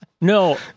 No